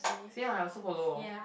same I also follow